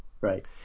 Right